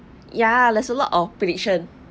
ya there's a lot of prediction